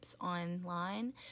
online